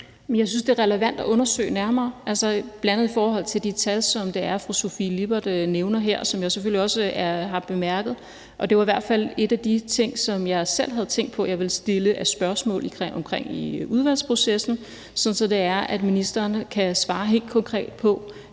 jeg synes, det er relevant at undersøge nærmere, bl.a. i forhold til de tal, som fru Sofie Lippert nævner her, og som jeg selvfølgelig også har bemærket. Det er i hvert fald en af de ting, som jeg selv havde tænkt på jeg ville stille spørgsmål om i udvalgsprocessen, sådan at ministeren kan svare helt konkret på,